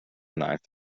knife